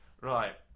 Right